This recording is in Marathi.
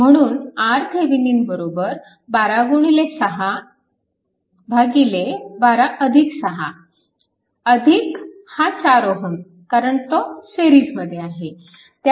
म्हणून RThevenin 12612 6 अधिक हा 4 Ω कारण तो सिरीजमध्ये आहे